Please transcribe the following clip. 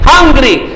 Hungry